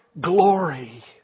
glory